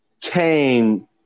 came